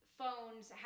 phones